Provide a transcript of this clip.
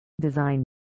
Design